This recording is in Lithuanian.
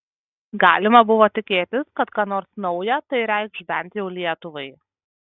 galima buvo tikėtis kad ką nors nauja tai reikš bent jau lietuvai